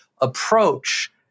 approach